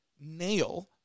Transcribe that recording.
nail